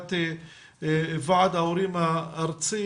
מנציגת ועד ההורים הארצי,